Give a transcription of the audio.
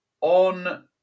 on